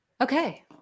okay